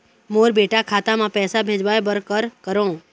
मोर बेटा खाता मा पैसा भेजवाए बर कर करों?